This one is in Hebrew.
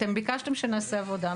אתם ביקשתם שנעשה עבודה.